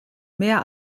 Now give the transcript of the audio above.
mehr